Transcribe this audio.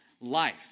life